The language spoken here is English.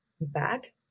back